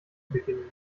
beginnen